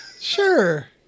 Sure